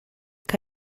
que